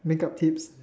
makeup tips